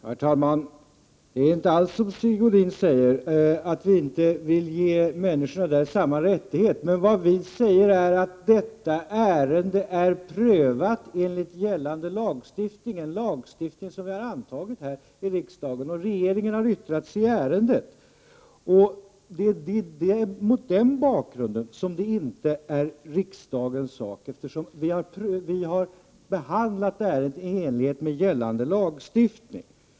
Herr talman! Det är inte alls som Sigge Godin säger, alltså att vi moderater inte vill ge människorna i Lillhärdal samma rättigheter som vi ger människor i Stockholm. Vad vi säger är att detta ärende är prövat enligt gällande lagstiftning — en lagstiftning som vi här i riksdagen har antagit. Regeringen har yttrat sig i ärendet. Det är mot den bakgrunden som ärendet inte är riksdagens sak. Vi har behandlat ärendet i enlighet med gällande lagstiftning!